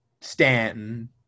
Stanton